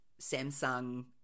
samsung